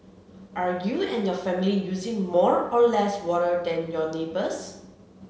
are you and your family using more or less water than your neighbours